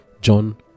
John